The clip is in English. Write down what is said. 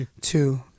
two